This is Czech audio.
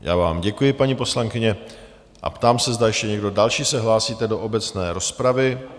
Já vám děkuji, paní poslankyně, a ptám se, zda ještě někdo další se hlásí do obecné rozpravy?